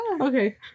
Okay